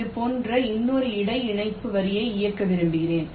இது போன்ற இன்னொரு இடை இணைப்பு வரியை இயக்க விரும்புகிறேன்